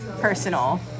personal